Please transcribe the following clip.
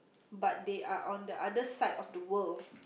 but they are on the other side of the world